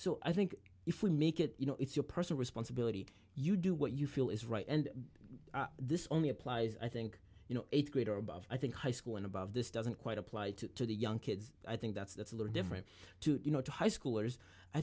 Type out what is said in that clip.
so i think if we make it you know it's your personal responsibility you do what you feel is right and this only applies i think you know th grade or above i think high school and above this doesn't quite apply to the young kids i think that's that's a little different to you know to high schoolers i